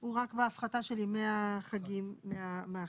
הוא רק בהפחתה של ימי החגים מהחישוב.